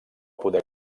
poder